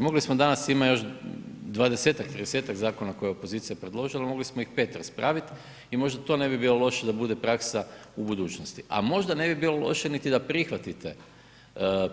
Mogli smo danas, ima još 20-tak, 30-tak zakona koje je opozicija predložila, mogli smo ih 5 raspravit i možda to ne bi bilo loše da bude praksa u budućnosti, a možda ne bi bilo loše niti da prihvatite